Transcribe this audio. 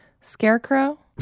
Scarecrow